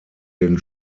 den